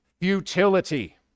futility